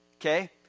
okay